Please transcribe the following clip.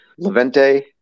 Levente